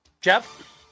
Jeff